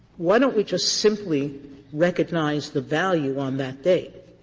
why don't we just simply recognize the value on that date?